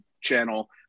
channel